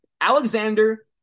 Alexander